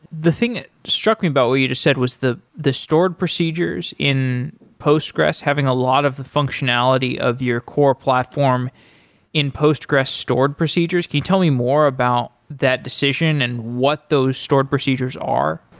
the thing that struck me about what you just said was the the stored procedures in postgres having a lot of the functionality of your core platform in postgres stored procedures. could you tell me more about that decision and what those stored procedures are?